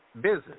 business